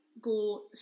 go